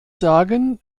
sagen